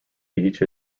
beach